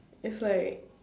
is like